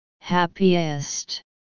Happiest